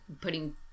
putting